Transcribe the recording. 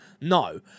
no